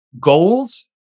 goals